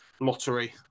lottery